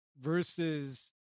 versus